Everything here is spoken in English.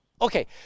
Okay